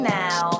now